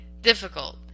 difficult